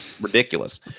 ridiculous